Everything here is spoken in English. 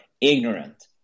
ignorant